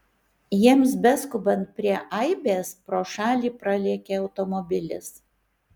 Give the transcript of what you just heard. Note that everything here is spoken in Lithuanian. jiems beskubant prie aibės pro šalį pralėkė automobilis